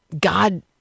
God